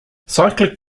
cyclic